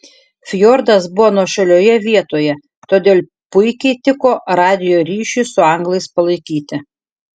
fjordas buvo nuošalioje vietoje todėl puikiai tiko radijo ryšiui su anglais palaikyti